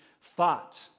thought